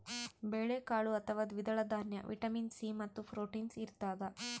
ಬೇಳೆಕಾಳು ಅಥವಾ ದ್ವಿದಳ ದಾನ್ಯ ವಿಟಮಿನ್ ಸಿ ಮತ್ತು ಪ್ರೋಟೀನ್ಸ್ ಇರತಾದ